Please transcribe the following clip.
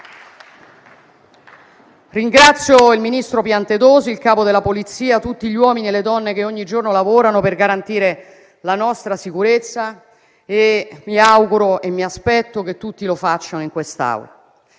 Ringrazio il ministro Piantedosi, il capo della Polizia e tutti gli uomini e le donne che ogni giorno lavorano per garantire la nostra sicurezza. Mi auguro e mi aspetto che tutti lo facciano in quest'Aula.